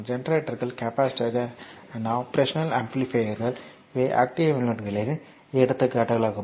ஜெனரேட்டர்கள் பேட்டரிகள் and operational amplifiers இவை ஆக்ட்டிவ் எலிமெண்ட்ஸ்களின் எடுத்துக்காட்டுக்கள் ஆகும்